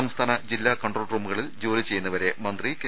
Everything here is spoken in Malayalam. സംസ്ഥാന ജില്ലാ കൺട്രോൾ റൂമുകളിൽ ജോലി ചെയ്യുന്നവരെ മന്ത്രി കെ